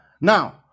Now